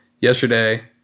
Yesterday